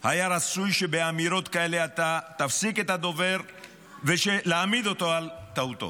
היה רצוי שבאמירות כאלה אתה תפסיק את הדובר ותעמיד אותו על טעותו.